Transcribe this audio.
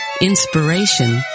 inspiration